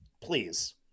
please